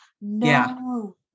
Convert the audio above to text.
No